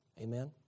Amen